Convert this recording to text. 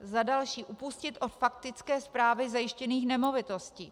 Za další, upustit od faktické správy zajištěných nemovitostí.